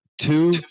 Two